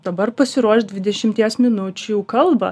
dabar pasiruošk dvidešimties minučių kalbą